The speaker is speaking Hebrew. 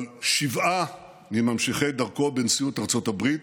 אבל שבעה ממשיכי דרכו בנשיאות ארצות הברית